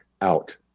out